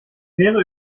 wäre